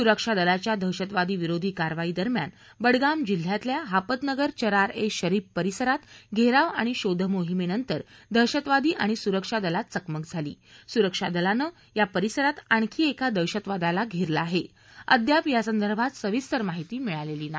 सुरक्षा दलाच्या दहशतवादी विरोधी कारवाई दरम्यान बडगाम जिल्ह्यातल्या हापतनगर चरार ए शरीफ परिसरात घेराव आणि शोध मोहिमेनंतर दहशतवादी आणि सुरक्षा दलात चकमक झाली सुरक्षा दलानं या परिसरात आणखी एका दहशतवाद्याला घेरलं आहे अद्याप यासंदर्भात सविस्तर माहिती मिळालेली नाही